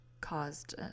caused